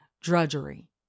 drudgery